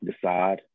decide